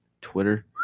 Twitter